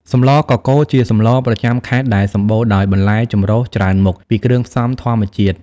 សម្លកកូរ ជាសម្លរប្រចាំខេត្តដែលសម្បូរដោយបន្លែចម្រុះច្រើនមុខ ពីគ្រឿងផ្សំធម្មជាតិ ។